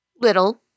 little